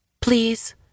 Please